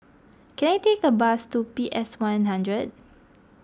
can I take a bus to P S one hundred